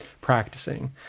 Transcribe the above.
practicing